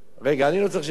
אני לא צריך שיסביר לי,